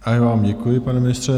I já vám děkuji, pane ministře.